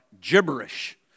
gibberish